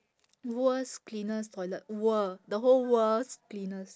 world's cleanest toilet world the whole world's cleanest